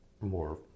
more